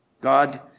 God